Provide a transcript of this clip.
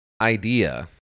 idea